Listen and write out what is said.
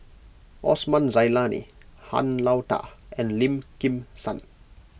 Osman Zailani Han Lao Da and Lim Kim San